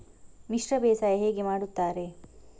ಮಿಶ್ರ ಬೇಸಾಯ ಹೇಗೆ ಮಾಡುತ್ತಾರೆ?